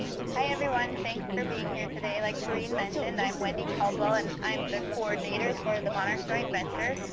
hi, everyone. thanks for being here today. like karene mentioned, i'm wendy caldwell and i'm the coordinator for the monarch joint venture.